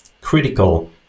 critical